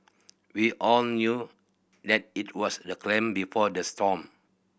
we all knew that it was the clam before the storm